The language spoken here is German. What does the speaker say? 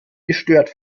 gestört